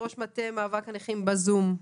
יושבת-ראש מטה מאבק הנכים בזום.